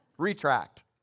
Retract